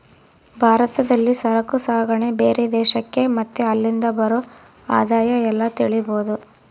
ಭಾರತದಲ್ಲಿ ಸರಕು ಸಾಗಣೆ ಬೇರೆ ದೇಶಕ್ಕೆ ಮತ್ತೆ ಅಲ್ಲಿಂದ ಬರೋ ಆದಾಯ ಎಲ್ಲ ತಿಳಿಬೋದು